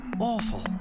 awful